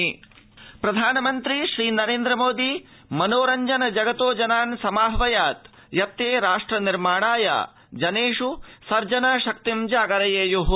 प्रधानमंत्री प्रधानमन्त्री श्रीनरेन्द्रमोदी मनोरञ्जनजगतो जनान् समाहवयत् यते राष्ट्र निर्माणाय जनेष् सर्जनाशक्तिं जागरयेय्ः